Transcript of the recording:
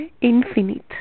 infinite